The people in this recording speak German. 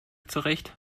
zurecht